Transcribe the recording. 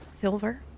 Silver